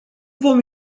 vom